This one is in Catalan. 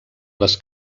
les